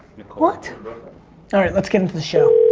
what? alright let's get into the show.